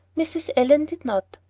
mrs. allan did not.